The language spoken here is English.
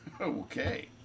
Okay